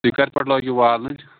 تُہۍ کر پٮ۪ٹھ لٲگِو والٕنۍ